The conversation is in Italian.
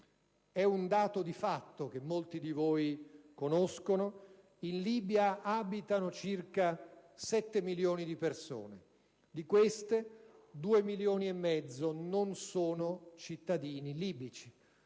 È un dato di fatto che molti di voi conoscono. In Libia abitano circa 7 milioni di persone, di cui 2,5 milioni non sono cittadini libici,